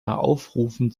aufrufen